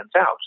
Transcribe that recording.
out